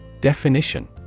Definition